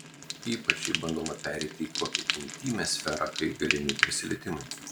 ypač jei bandoma pereiti į tokią intymią sferą kai galimi prisilietimai